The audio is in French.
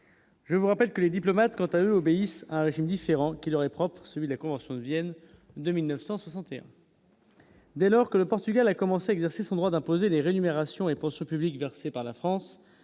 je vous rappelle que les diplomates, quant à eux, obéissent à un régime différent qui leur est propre, celui de la convention de Vienne de 1961. Dès lors que le Portugal a commencé à exercer. Son droit d'imposer les rémunérations et pensions publiques versées par la France